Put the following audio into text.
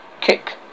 Kick